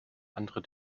andere